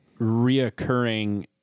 reoccurring